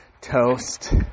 toast